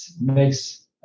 makes